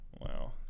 Wow